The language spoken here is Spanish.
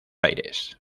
aires